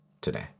today